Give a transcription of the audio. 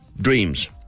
dreams